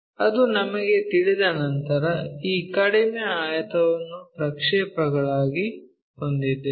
ಅದು ನಮಗೆ ತಿಳಿದ ನಂತರ ಈ ಕಡಿಮೆ ಆಯತವನ್ನು ಪ್ರಕ್ಷೇಪಗಳಾಗಿ ಹೊಂದಿದ್ದೇವೆ